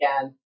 again